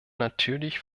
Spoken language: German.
natürlich